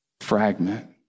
Fragment